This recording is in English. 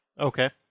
Okay